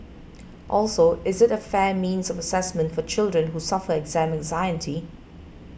also is it a fair means of assessment for children who suffer exam anxiety